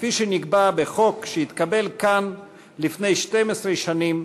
כפי שנקבע בחוק שהתקבל כאן לפני 12 שנים,